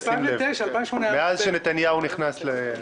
כלומר מאז שנתניהו נכנס.